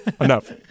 Enough